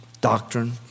doctrine